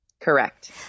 Correct